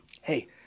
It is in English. Hey